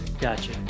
Gotcha